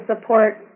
support